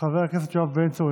חבר הכנסת יואב בן צור,